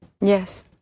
yes